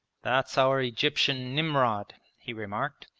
that's our egyptian nimrod he remarked,